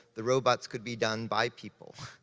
the robots could be done by people.